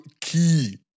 key